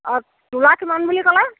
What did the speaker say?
অ তোলা কিমান বুলি ক'লে